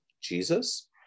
Jesus